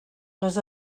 les